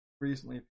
Recently